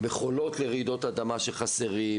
מכולות לרעידות אדמה חסרות